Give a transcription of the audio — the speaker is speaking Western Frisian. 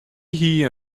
hie